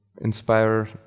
inspire